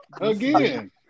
Again